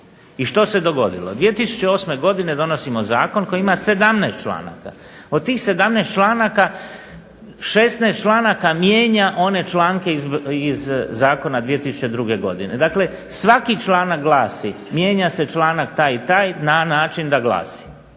I što se dogodilo? 2008. godine donosimo zakon koji ima 17 članaka. Od tih 17 članaka 16 članaka mijenja one članke iz zakona 2002. godine. Dakle, svaki članak glasi: "Mijenja se članak taj i taj na način da glasi".